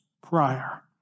prior